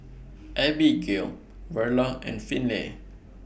Abbigail Verla and Finley